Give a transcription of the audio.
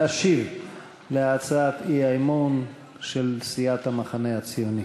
להשיב על הצעת האי-אמון של סיעת המחנה הציוני.